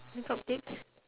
makeup tips